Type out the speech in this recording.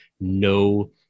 no